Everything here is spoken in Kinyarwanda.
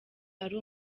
ari